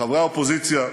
חברי האופוזיציה,